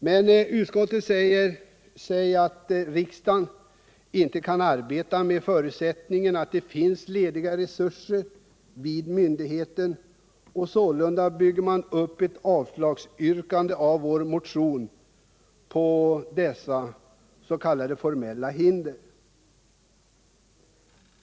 Men utskottet säger att riksdagen inte kan arbeta med förutsättningen att det finns lediga resurser vid myndigheten, och sålunda bygger man upp ett yrkande om avslag på vår motion på dessa s.k. formella hinder.